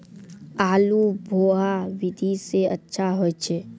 आलु बोहा विधि सै अच्छा होय छै?